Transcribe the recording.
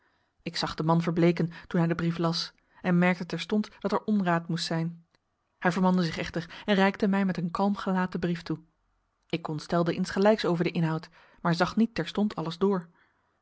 ik zag den man verbleeken toen hij den brief las en merkte terstond dat er onraad moest zijn hij vermande zich echter en reikte mij met een kalm gelaat den brief toe ik ontstelde insgelijks over den inhoud maar zag niet terstond alles door